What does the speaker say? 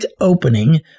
opening